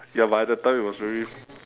ya but at that time it was very